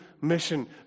mission